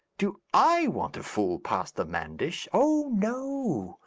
do i want to fool pastor manders? oh no!